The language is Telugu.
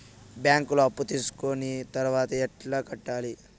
బ్యాంకులో అప్పు తీసుకొని తర్వాత ఎట్లా కట్టాలి?